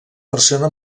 persona